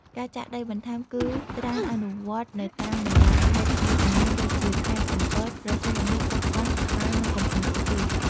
ការចាក់ដីបន្ថែមគឺច្រើនអនុវត្តន៍នៅតាមបណ្តាខេត្តមួយចំនួនដូចជា ខេត្តកំពត ព្រះសីហនុ កោះកុង តាកែវ និងកំពង់ស្ពឺ។